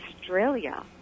Australia